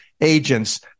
agents